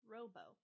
Robo